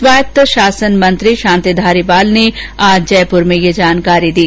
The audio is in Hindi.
स्वायत्त शासन मंत्री शांति धारीवाल ने आज जयपुर में ये जानकारी दी